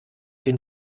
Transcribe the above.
den